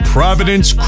Providence